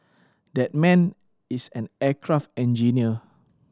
that man is an aircraft engineer